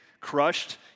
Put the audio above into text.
crushed